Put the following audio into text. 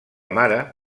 mare